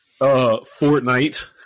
Fortnite